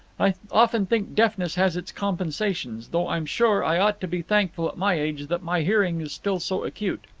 i often think deafness has its compensations, though i'm sure i ought to be thankful at my age that my hearing is still so acute.